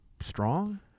strong